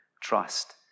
trust